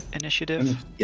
initiative